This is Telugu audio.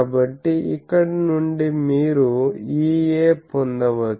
కాబట్టి ఇక్కడ నుండి మీరు EA పొందవచ్చ